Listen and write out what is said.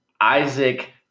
Isaac